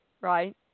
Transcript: Right